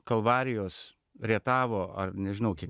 kalvarijos rietavo ar nežinau kaip